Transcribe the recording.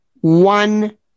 one